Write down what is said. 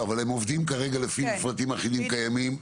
הם עובדים כרגע לפי מפרטים אחידים קיימים?